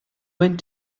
went